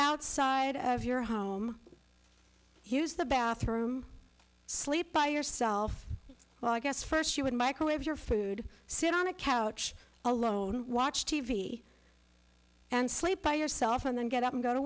outside of your home use the bathroom sleep by yourself well i guess first you would microwave your food sit on a couch alone watch t v and sleep by yourself and then get up and go to